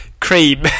Cream